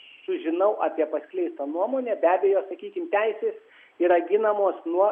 sužinau apie paskleistą nuomonę be abejo sakykim teisės yra ginamos nuo